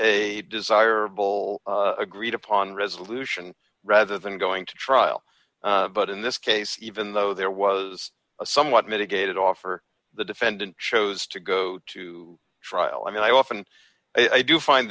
a desirable agreed upon resolution rather than going to trial but in this case even though there was a somewhat mitigated offer the defendant chose to go to trial i mean i often i do find